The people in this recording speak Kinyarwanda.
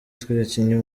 twakinye